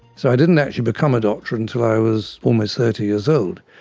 so i didn't actually become a doctor until i was almost thirty years old.